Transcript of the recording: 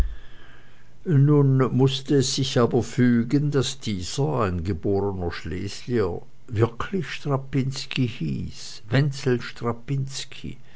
nun mußte es sich aber fügen daß dieser ein geborener schlesier wirklich strapinski hieß wenzel